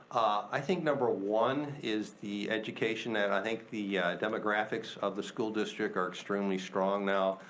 i think number one is the education and i think the demographics of the school district are extremely strong now.